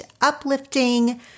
uplifting